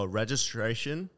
registration